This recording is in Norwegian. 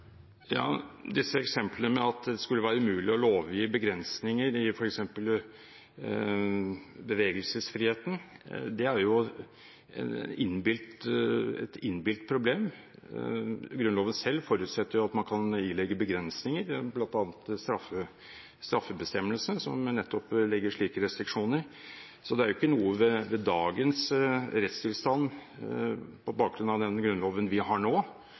Disse eksemplene med at det skulle være umulig å lovgi begrensninger i f.eks. bevegelsesfriheten, er et innbilt problem. Grunnloven selv forutsetter jo at man kan ilegge begrensninger, bl.a. straffebestemmelsene, som nettopp legger slike restriksjoner, så det er ikke noe ved dagens rettstilstand på bakgrunn av den Grunnloven vi har nå,